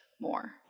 more